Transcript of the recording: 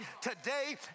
today